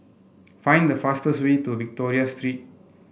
find the fastest way to Victoria Street